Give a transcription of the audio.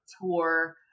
tour